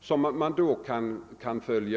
som man kan kontrollera.